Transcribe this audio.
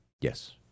Yes